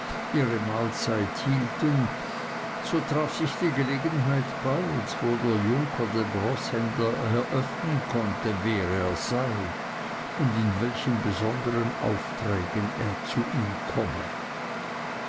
ihre mahlzeit hielten so traf sich die gelegenheit bald wo der junker dem roßhändler eröffnen konnte wer er sei und in welchen besonderen aufträgen er zu ihm komme